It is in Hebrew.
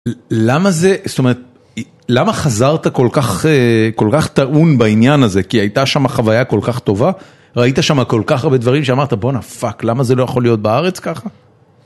למה זה, זאת אומרת, למה חזרת כל כך, כל כך טעון בעניין הזה, כי הייתה שם חוויה כל כך טובה, ראית שם כל כך הרבה דברים שאמרת בואנה פאק, למה זה לא יכול להיות בארץ ככה?